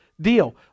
deal